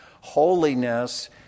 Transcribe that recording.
Holiness